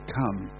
come